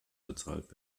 bezahlt